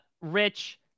Rich